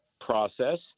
process